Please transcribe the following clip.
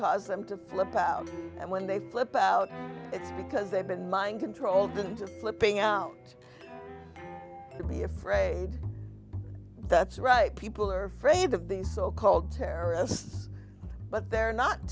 cause them to flip out and when they flip out it's because they've been mind controlled into flipping out to be afraid that's right people are afraid of these so called terrorists but they're not